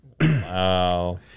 wow